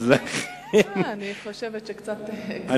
אני חושבת שקצת הגזמת.